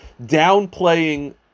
downplaying